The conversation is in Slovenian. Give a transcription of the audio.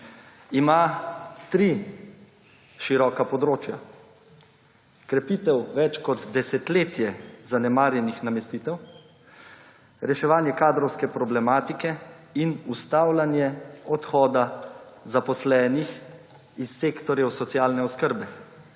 Ima tri široka področja, krepitev več kot desetletje zanemarjenih namestitev, reševanje kadrovske problematike in ustavljanje odhoda zaposlenih iz sektorjev socialne oskrbe